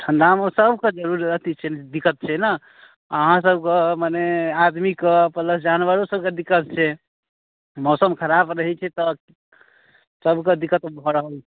ठण्डा मे सभके जरू अथी छै ने दिक्कत छै ने अहाँ सभके मने आदमी के पलस जानवरो सभके दिक्कत छै मौसम खराप रहै छै तऽ सभके दिक्कत भऽ रहल